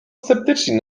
sceptyczni